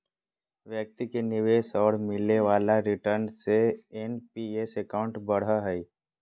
व्यक्ति के निवेश और मिले वाले रिटर्न से एन.पी.एस अकाउंट बढ़ो हइ